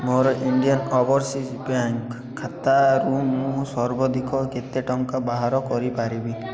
ମୋର Indian Overseas Bank ଖାତାରୁ ମୁଁ ସର୍ବଧିକ କେତେ ଟଙ୍କା ବାହାର କରିପାରିବି